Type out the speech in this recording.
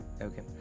Okay